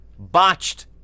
botched